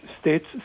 states